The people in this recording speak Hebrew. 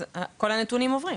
אז כל הנתונים עוברים,